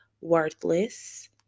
worthless